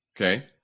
Okay